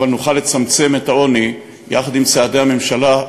אבל נוכל לצמצם את העוני יחד עם צעדי הממשלה,